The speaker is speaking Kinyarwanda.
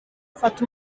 fata